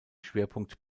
schwerpunkt